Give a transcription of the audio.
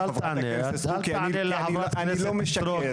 אל תענה לחברת הכנסת אני לא משקר,